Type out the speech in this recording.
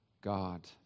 God